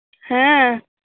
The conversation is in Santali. ᱦᱮᱸᱻ